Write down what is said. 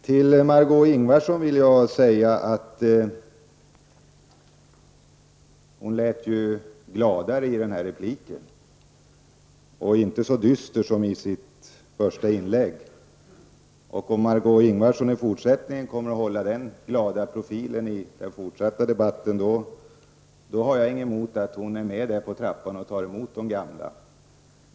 Till Margó Ingvardsson vill jag säga att hon lät gladare i den här repliken och inte så dyster som i sitt första inlägg. Om Margó Ingvardsson i fortsättningen håller den glada profilen i debatten har jag inget emot att hon är med på trappan och tar emot de gamla.